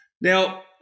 Now